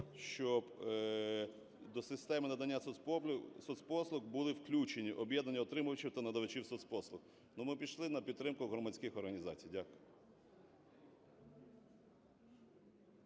щоб до системи надання соцпослуг були включені об'єднання отримувачів та надавачів соцпослуг. Ну, ми пішли на підтримку громадських організацій. Дякую.